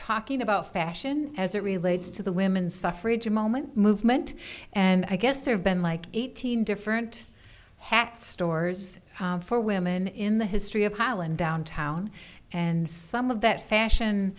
talking about fashion as it relates to the women's suffrage a moment movement and i guess there have been like eighteen different hat stores for women in the history of highland downtown and some of that fashion